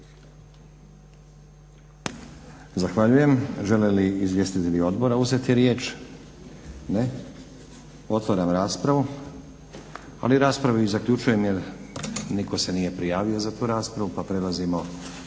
Zahvaljujem. Žele li izvjestitelji Odbora uzeti riječ? Ne. Otvaram raspravu. Ali raspravu i zaključujem jer nitko se nije prijavio za tu raspravu. **Leko,